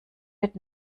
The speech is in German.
mit